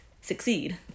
Succeed